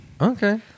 Okay